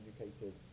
educated